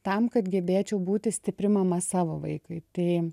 tam kad gebėčiau būti stipri mama savo vaikui tai